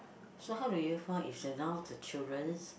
so how do you find is the now the children's